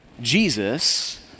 Jesus